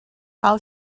how